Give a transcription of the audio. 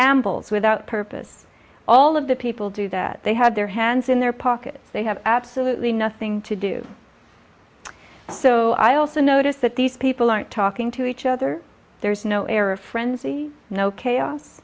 ambles without purpose all of the people do that they had their hands in their pockets they have absolutely nothing to do so i also notice that these people aren't talking to each other there's no air of frenzy no chaos